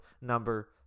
number